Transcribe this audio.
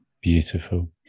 Beautiful